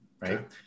right